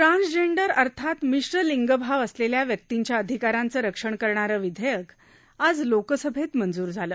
transgender अर्थात मिश्र लिंगभाव असलेल्या व्यक्तींच्या अधिकारांचं रक्षण करणारं विधेयक आज लोकसभेत मंजूर झालं